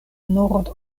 nord